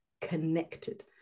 connected